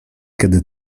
kiedy